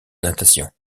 natation